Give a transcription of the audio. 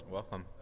Welcome